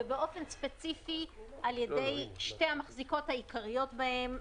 ובאופן ספציפי על ידי שתי המחזיקות העיקריות בהם,